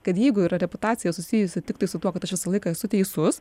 kad jeigu yra reputacija susijusi tiktai su tuo kad aš visą laiką esu teisus